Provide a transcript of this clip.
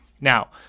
Now